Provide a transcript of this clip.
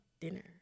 dinner